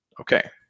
Okay